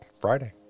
Friday